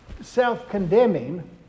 self-condemning